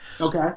Okay